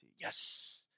Yes